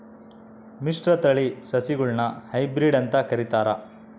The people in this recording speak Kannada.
ಮಿಶ್ರತಳಿ ಸಸಿಗುಳ್ನ ಹೈಬ್ರಿಡ್ ಅಂತ ಕರಿತಾರ